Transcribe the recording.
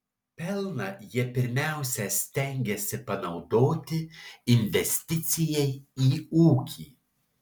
pelną jie pirmiausia stengiasi panaudoti investicijai į ūkį